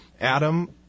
Adam